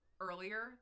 earlier